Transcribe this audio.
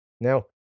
Now